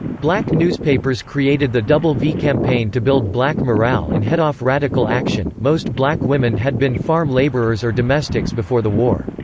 black newspapers created the double v campaign to build black morale and head off radical action most black women had been farm laborers or domestics before the war.